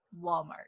Walmart